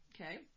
Okay